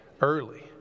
early